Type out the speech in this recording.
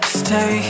stay